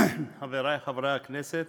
חברי חברי הכנסת,